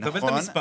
אתה מקבל את המספר.